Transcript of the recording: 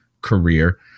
career